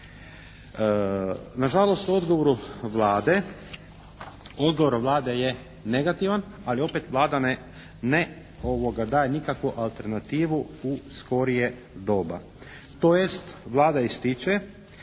Vlade, odgovor Vlade je negativan, ali opet Vlada ne daje nikakvu alternativu u skorije doba,